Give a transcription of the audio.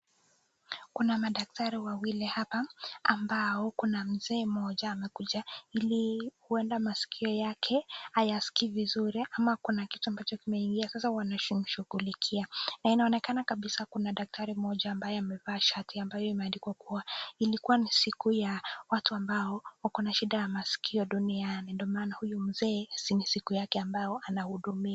Kuna madaktari wawili hapa ambao kuna mzee mmoja ambaye amekuja ili huenda maskio yake hayasikii vizuri ama kuna kitu ambacho kimeingia sasa wanashughulikia. Na inaonekana kabisa kuna daktari mmoja ambaye amevaa shati kwan ni siku ya watu ambao wako na shida ya masikio duniani ndio maana huyu mzee ni siku yake ambaye anashughulikiwa.